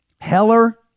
Heller